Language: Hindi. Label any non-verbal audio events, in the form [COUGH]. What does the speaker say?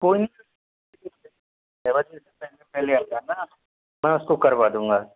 कोई नहीं [UNINTELLIGIBLE] पहले आ जाना मैं उसको करवा दूँगा